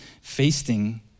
feasting